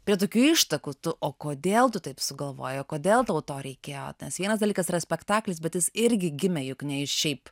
prie tokių ištakų tu o kodėl tu taip sugalvojai kodėl tau to reikėjo nes vienas dalykas yra spektaklis bet jis irgi gimė juk ne iš šiaip